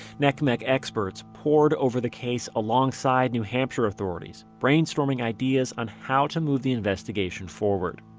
ncmec experts pored over the case alongside new hampshire authorities, brainstorming ideas on how to move the investigation forward